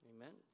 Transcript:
Amen